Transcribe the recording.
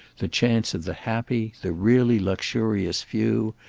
the chance of the happy, the really luxurious few,